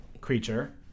creature